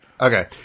Okay